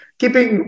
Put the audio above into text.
keeping